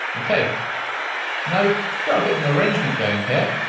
okay now we've got a bit of an arrangement going here.